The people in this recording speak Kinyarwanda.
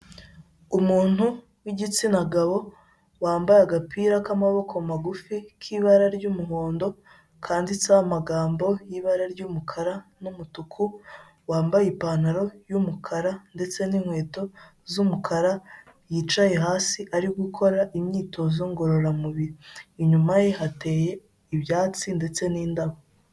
Umuntu w'igitsina gabo wambaye agapira k'amaboko magufi k'ibara ry'umuhondo kanditseho amagambo y'ibara ry'umukara n'umutuku, wambaye ipantaro y'umukara ndetse n'inkweto z'umukara, yicaye hasi ari gukora imyitozo ngororamubiri. Inyuma ye hateye ibyatsi ndetse n'indabo.